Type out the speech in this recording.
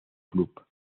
club